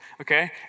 Okay